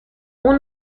اون